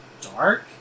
dark